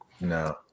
no